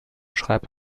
schreibt